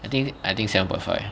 I think I think seven point five